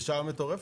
דרישה מטורפת,